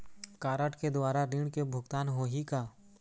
Card के द्वारा ऋण के भुगतान होही का?